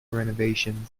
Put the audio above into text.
renovations